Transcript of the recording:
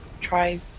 try